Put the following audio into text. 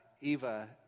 Eva